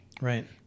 Right